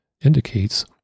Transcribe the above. indicates